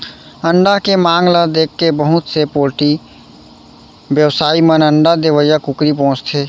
अंडा के मांग ल देखके बहुत से पोल्टी बेवसायी मन अंडा देवइया कुकरी पोसथें